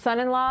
SON-IN-LAW